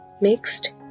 Mixed